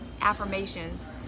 affirmations